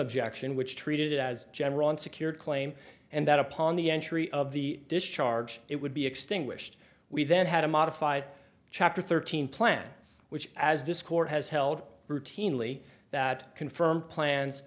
objection which treated it as general unsecured claim and that upon the entry of the discharge it would be extinguished we then had a modified chapter thirteen plan which as this court has held routinely that confirmed plans